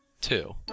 Two